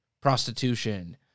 Prostitution